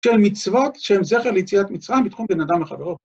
של מצוות שהם זכר ליציאת מצרים בתחום בין אדם לחברו.